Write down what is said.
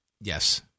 yes